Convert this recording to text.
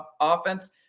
offense